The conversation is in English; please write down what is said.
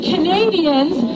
Canadians